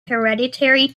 hereditary